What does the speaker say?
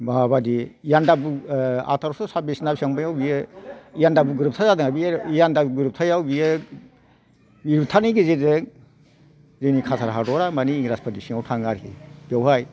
बाहा बायदि इयानदाबु ओह मा होनो आथारस साबबिस ना माबायाव बियो इयानदाबु गोरोबथा जादों बे इयानदाबु गोरोबथायाव बियो गोरोबथानि गेजेरजों जोंनि कासार हादरा मानि इंराजफोरनि सिङाव थाङो आरोखि बेवहाय